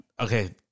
Okay